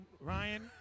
Ryan